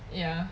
ya